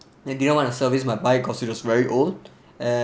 they didn't want to service my bike cause it was very old and